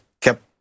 kept